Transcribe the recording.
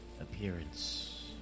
appearance